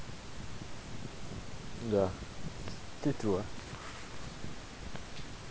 ya actually true ah